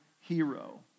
hero